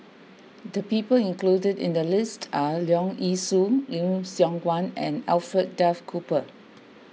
the people included in the list are Leong Yee Soo Lim Siong Guan and Alfred Duff Cooper